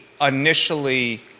initially